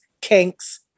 Kinks